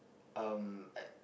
um